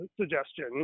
suggestion